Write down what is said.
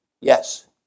yes